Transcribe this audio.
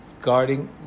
guarding